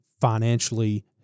financially